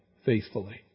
faithfully